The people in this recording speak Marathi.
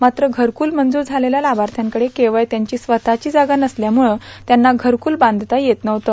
मात्र घरकूल मंजूर झालेल्या लाभाथ्याकडे केवळ त्यांची स्वतःची जागा नसल्यामुळे त्यांना घरकूल बांधता येत नव्हते